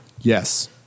Yes